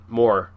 more